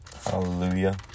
hallelujah